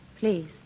Please